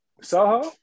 Soho